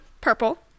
purple